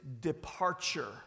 departure